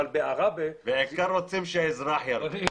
בעיקר רוצים שהאזרח ירוויח.